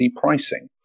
pricing